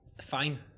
Fine